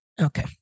Okay